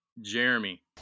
Jeremy